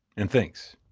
and thanks.